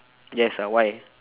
yes ah why